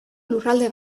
lurralde